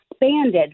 expanded